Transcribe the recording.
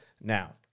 Now